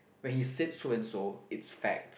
when he said so and so it's fact